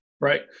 Right